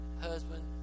husband